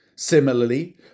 Similarly